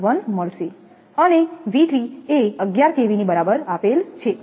64 મળશે અને એ 11kVબરાબર આપેલ છે